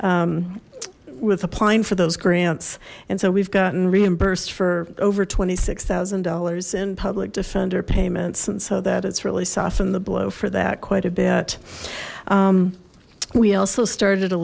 with applying for those grants and so we've gotten reimbursed for over twenty six thousand dollars in public defender payments and so that is really soften the blow for that quite a bit we also started a